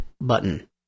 button